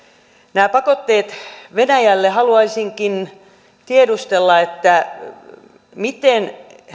nämä pakotteet venäjälle haluaisinkin tiedustella miten